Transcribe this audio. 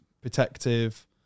protective